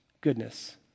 goodness